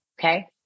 Okay